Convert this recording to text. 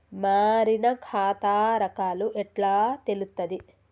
మారిన ఖాతా రకాలు ఎట్లా తెలుత్తది?